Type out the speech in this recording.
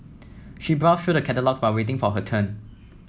she browsed through the catalogues while waiting for her turn